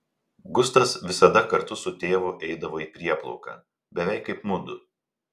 gustas visada kartu su tėvu eidavo į prieplauką beveik kaip mudu